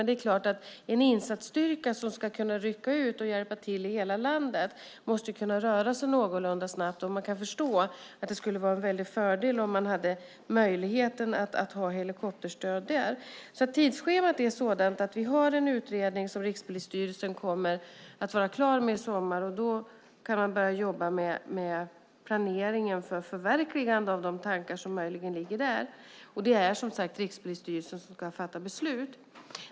Det är klart att en insatsstyrka som ska kunna rycka ut och hjälpa till i hela landet också måste kunna röra sig någorlunda snabbt. Man kan förstå att det skulle vara en väldig fördel om det fanns möjlighet till helikopterstöd. Tidsschemat är sådant att vi har en utredning som Rikspolisstyrelsen blir klar med i sommar. Då kan man börja jobba med planeringen av förverkligandet av de tankar som möjligen finns med där. Det är, som sagt, Rikspolisstyrelsen som ska fatta beslut.